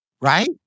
right